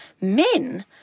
Men